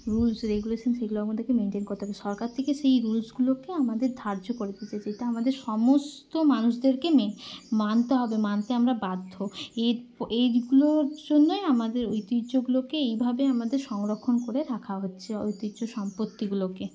rules regulation সেগুলো আমাদেরকে maintain করতে হবে সরকার থেকে সেই রুলসগুলোকে আমাদের ধার্য করে দিয়েছে যেটা আমাদের সমস্ত মানুষদেরকে মে মানতে হবে মানতে আমরা বাধ্য এইগুলোর জন্যই আমাদের ঐতিহ্যগুলোকে এইভাবে আমাদের সংরক্ষণ করে রাখা হচ্ছে ঐতিহ্য সম্পত্তিগুলোকে